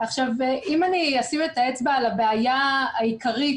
אם אני אשים את האצבע על הבעיה העיקרית